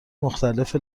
مختلف